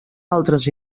altres